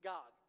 God